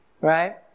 right